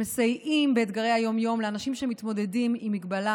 שמסייעים באתגרי היום-יום לאנשים שמתמודדים עם מגבלה